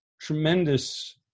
tremendous